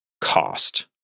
cost